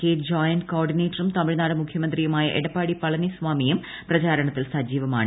K joint കോഡിന്റേറ്ററും തമിഴ്നാട് മുഖ്യമന്ത്രിയുമായ എടപ്പാടി പളനിസ്വാമിയ്ക്കും പ്രചാരണത്തിൽ സജീവമാണ്